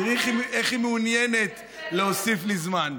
תראי איך היא מעוניינת להוסיף לי זמן.